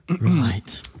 Right